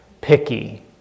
picky